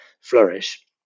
flourish